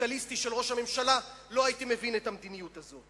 הקפיטליסטי של ראש הממשלה לא הייתי מבין את המדיניות הזאת.